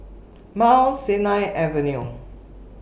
Mount Sinai Avenue